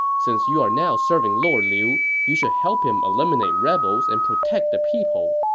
since you are now serving lord liu, you should help him eliminate rebels and protect the people.